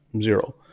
Zero